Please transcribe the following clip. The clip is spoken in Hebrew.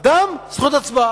אדם: זכות הצבעה.